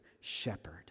shepherd